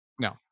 no